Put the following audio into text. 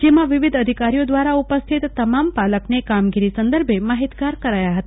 જેમાં વિવિધ અધિકારીઓ દ્વારા ઉપસ્થિત તમામ પાલક ને કામગીરી સંદર્ભે માહિતગાર કરાયા હ્તા